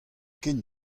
ken